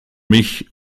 mich